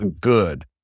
good